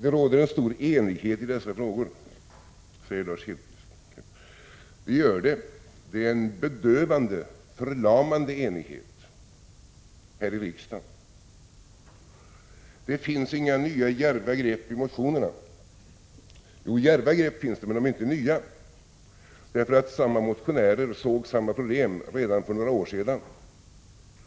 Det råder stor enighet i dessa frågor, säger Lars Hedfors. Det gör det. Det 19 november 1986 är en bedövande, förlamande enighet här i riksdagen. Det finns inga nya djärva grepp i motionerna. Jo, det finns djärva grepp — men de är inte nya därför att samma motionärer såg samma problem redan för några år sedan